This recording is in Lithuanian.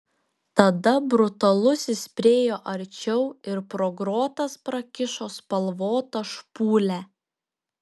tada brutalusis priėjo arčiau ir pro grotas prakišo spalvotą špūlę